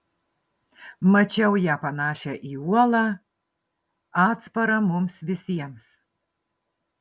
mačiau ją panašią į uolą atsparą mums visiems